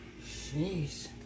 Jeez